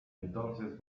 entonces